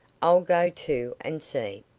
i'll go, too, and see.